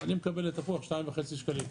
אני מקבל על תפוח 2.5 שקלים.